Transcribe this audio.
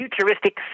futuristic